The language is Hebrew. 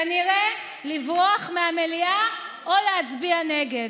כנראה, לברוח מהמליאה או להצביע נגד.